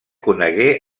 conegué